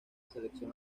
selección